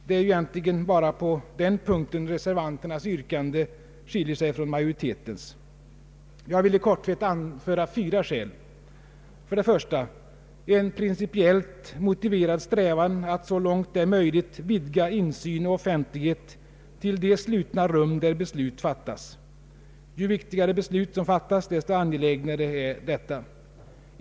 Det är ju egentligen bara på den punkten reservanternas yrkande skiljer sig från majoritetens. Jag vill i korthet anföra fyra skäl. 1. En principiellt motiverad strävan att så långt det är möjligt vidga insyn och offentlighet till de slutna rum där beslut fattas. Ju viktigare beslut som fattas, desto angelägnare är detta.